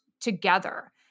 together